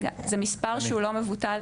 זה מספר שהוא לא מבוטל.